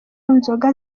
nzoga